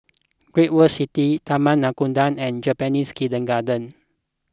Great World City Taman Nakhoda and Japanese Kindergarten